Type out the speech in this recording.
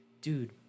dude